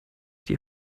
die